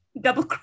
double